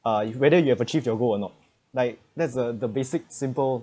uh you whether you have achieve your goal or not like that's uh the basic simple